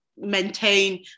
maintain